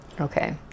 Okay